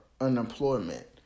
unemployment